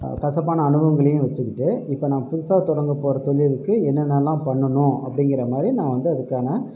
கசப்பான அனுபவங்களையும் வைச்சிக்கிட்டு இப்போ நான் புதுசாக தொடங்கப் போகிற தொழிலுக்கு என்னென்னல்லாம் பண்ணனும் அப்டிங்கிறமாதிரி நான் வந்து அதுக்கான